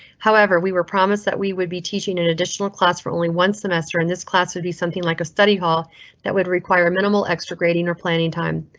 however, we were promised that we would be teaching an additional class for only one semester in this class would be something like a study hall that would require minimal extra grading or planning time.